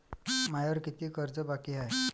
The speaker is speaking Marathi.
मायावर कितीक कर्ज बाकी हाय?